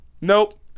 Nope